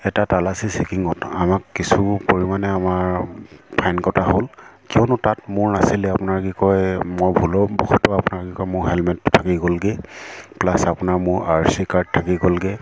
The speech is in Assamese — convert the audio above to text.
এটা তালাচী চেকিঙত আমাক কিছু পৰিমাণে আমাৰ ফাইন কটা হ'ল কিয়নো তাত মোৰ নাছিলে আপোনাৰ কি কয় মই ভুলবশত আপোনাৰ কি কয় মোৰ হেলমেটটো থাকি গ'লগৈ প্লাছ আপোনাৰ মোৰ আৰ চি কাৰ্ড থাকি গ'লগৈ